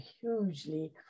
hugely